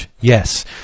Yes